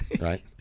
Right